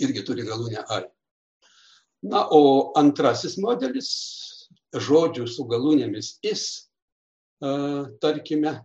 irgi turi galūnę ai na o antrasis modelis žodžių su galūnėmis is tarkime